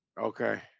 Okay